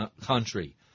country